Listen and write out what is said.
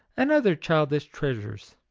and other childish treasures!